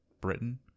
Britain